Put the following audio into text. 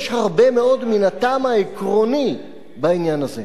יש הרבה מאוד מן הטעם העקרוני בעניין הזה.